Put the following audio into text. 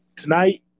Tonight